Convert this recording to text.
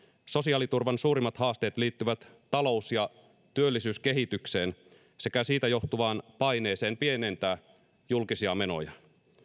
sosiaaliturvan suurimmat haasteet liittyvät talous ja työllisyyskehitykseen sekä siitä johtuvaan paineeseen pienentää julkisia menoja